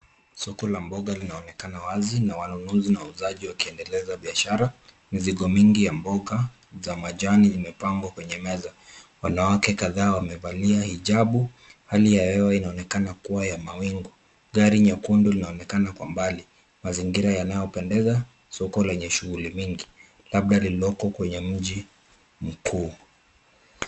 Soko la mboga linaonekana wazi na wanunuzi na wauzaji wakiendeleza biashara. Mizigo nyingi ya mboga za majani imepangwa kwenye meza. Wanawake kadhaa wamevalia hijabu. Hali ya hewa inaonekana kuwa ya mawingu. Gari nyekundu linaonekana kwa mbali. Mazingira yanayopendeza soko lenye shughuli nyingi labda lililoko kwenye miji mikuu.